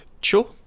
Sure